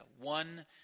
one